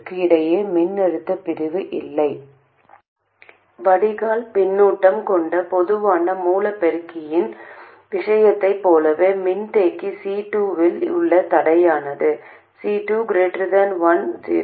C2 இந்த தடையை பூர்த்தி செய்தால் நீங்கள் ஒரு குறிப்பிட்ட சிறிய சிக்னல் ஆதாயத்தைப் பெறுவீர்கள் மேலும் இது C2 உண்மையில் ஒரு குறுகிய சுற்று அல்லது அது ஒரு எண்ணற்ற பெரிய மின்தேக்கியாக இருந்தால் நீங்கள் பெற்றதற்கு மிக நெருக்கமாக இருக்கும்